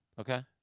Okay